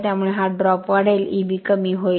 त्यामुळे हा ड्रॉप वाढेल Eb कमी होईल